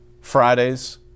Friday's